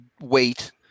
wait